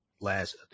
last